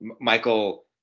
Michael